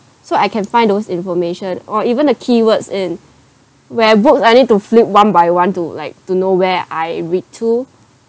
so I can find those information or even a keywords in where books I need to flip one by one to like to nowhere I read to